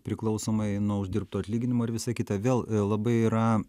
priklausomai nuo uždirbto atlyginimo ir visa kita vėl labai yra